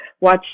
watch